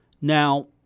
Now